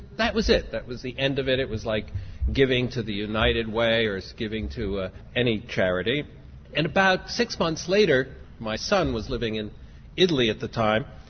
that was it, that was the end of it, it was like giving to the united way or so giving to ah any charity and about six months later my son was living in italy at the time,